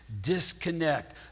disconnect